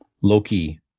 Loki